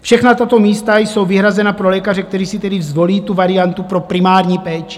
Všechna tato místa jsou vyhrazena pro lékaře, kteří si tedy zvolí tu variantu pro primární péči.